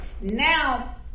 Now